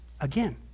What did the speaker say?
Again